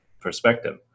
perspective